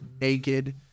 naked